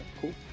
Cool